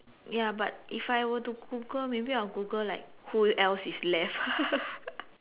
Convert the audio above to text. ya but if I were to Google maybe I will Google like who else is left